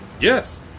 yes